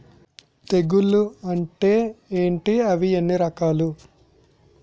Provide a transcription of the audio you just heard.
తెగులు అంటే ఏంటి అవి ఎన్ని రకాలు?